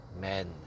men